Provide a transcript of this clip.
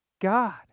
God